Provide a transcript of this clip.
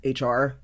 hr